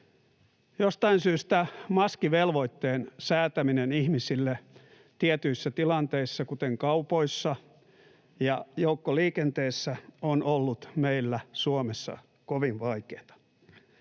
Jostain syystä maskivelvoitteen säätäminen ihmisille tietyissä tilanteissa, kuten kaupoissa ja joukkoliikenteessä, on ollut meillä Suomessa kovin vaikeata.